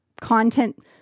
content